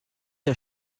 der